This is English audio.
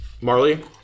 Marley